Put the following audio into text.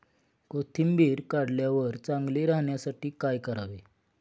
कोथिंबीर काढल्यावर चांगली राहण्यासाठी काय करावे?